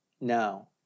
now